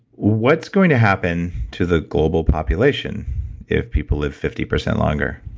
what's going to happen to the global population if people live fifty percent longer?